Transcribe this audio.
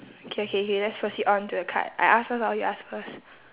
okay okay okay let's proceed on to the card I ask first or you ask first